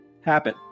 happen